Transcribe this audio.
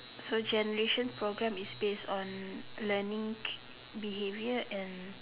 so generation programme is base on learning behaviour and